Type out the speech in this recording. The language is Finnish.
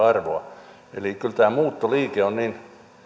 arvoa eli kyllä tämä muuttoliike on niin